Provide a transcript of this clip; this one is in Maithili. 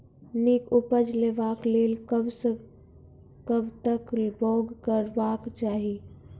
नीक उपज लेवाक लेल कबसअ कब तक बौग करबाक चाही?